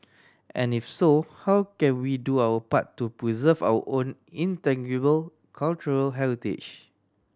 and if so how can we do our part to preserve our own intangible cultural heritage